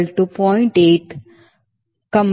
6 fighter ಮತ್ತು e 0